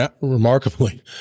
remarkably